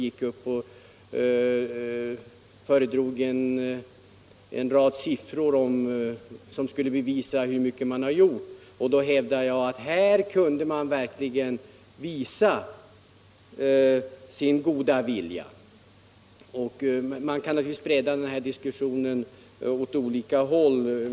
Han föredrog en rad siffror som skulle bevisa vad socialdemokraterna har gjort. I denna fråga kan socialdemokraterna verkligen visa sin goda vilja. Diskussionen kan naturligtvis breddas åt olika håll.